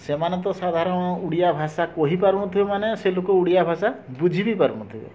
ସେମାନେ ତ ସାଧାରଣ ଓଡ଼ିଆ ଭାଷା କହିପାରୁନଥିବେ ମାନେ ସେ ଲୋକ ଓଡ଼ିଆ ଭାଷା ବୁଝି ବି ପାରୁନଥିବେ